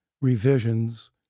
revisions